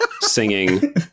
singing